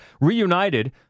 reunited